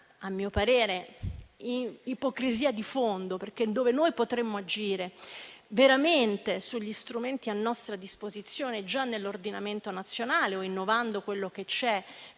a mio parere, un'ipocrisia di fondo perché laddove potremmo agire veramente sugli strumenti a nostra disposizione già presenti nell'ordinamento nazionale o innovando quello che c'è